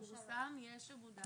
פשוט את המילים "לפי צו ההרחבה".